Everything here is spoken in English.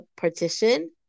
partition